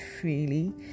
freely